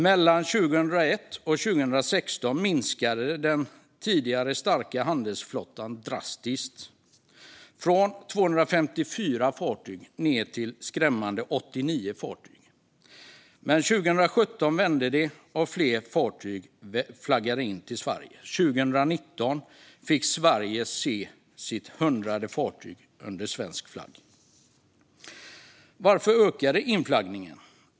Mellan 2001 och 2016 minskade den tidigare starka handelsflottan drastiskt, från 254 fartyg ned till skrämmande 89 fartyg. Men 2017 vände det, och fler fartyg flaggade in till Sverige. År 2019 fick Sverige se sitt 100:e fartyg under svensk flagg. Varför ökade då inflaggningen?